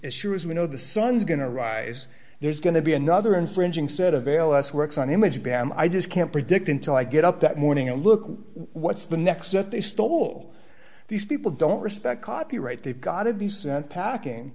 as sure as we know the sun's going to rise there's going to be another infringing set of ail us works on image pam i just can't predict until i get up that morning and look what's the next step they stole these people don't respect copyright they've got to be sent packing